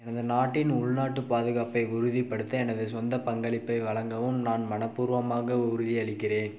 எனது நாட்டின் உள்நாட்டு பாதுகாப்பை உறுதிப்படுத்த எனது சொந்த பங்களிப்பை வழங்கவும் நான் மனப்பூர்வமாக உறுதியளிக்கிறேன்